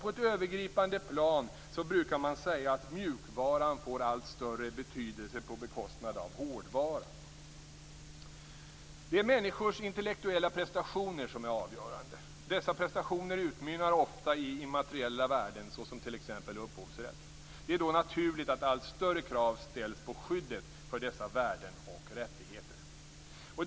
På ett övergripande plan brukar man säga att mjukvaran får allt större betydelse på bekostnad av hårdvaran. Det är människors intellektuella prestationer som är avgörande. Dessa prestationer utmynnar ofta i immateriella värden såsom t.ex. upphovsrätt. Det är då naturligt att allt större krav ställs på skyddet för dessa värden och rättigheter.